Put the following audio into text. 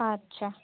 আচ্ছা